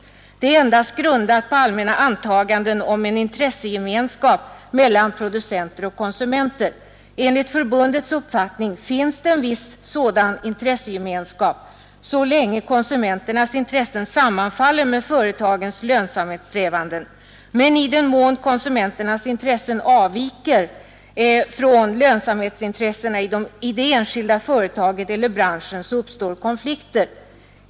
Den är endast grundad på allmänna antaganden om en intressegemenskap mellan producenter och konsumenter. Enligt förbundets uppfattning finns det en viss sådan intressegemenskap så länge konsumenternas intressen sammanfaller med företagens lönsamhetssträvanden. Men i den mån konsumenternas intressen avviker från lönsamhetsintressena i det enskilda företaget eller i den enskilda branschen uppstår konflikter.